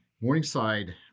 Morningside